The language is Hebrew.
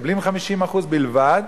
מקבלים 50% בלבד,